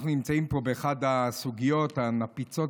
אנחנו נמצאים פה באחת הסוגיות הנפיצות